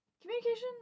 communication